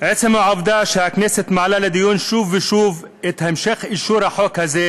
עצם העובדה שהכנסת מעלה לדיון שוב ושוב את המשך אישור החוק הזה,